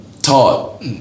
taught